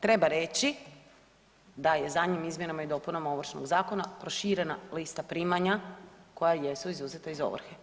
Treba reći da je zadnjim izmjenama i dopunama Ovršnog zakona, proširena lista primanja koja jesu izuzeta iz ovrhe.